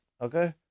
Okay